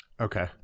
Okay